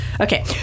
Okay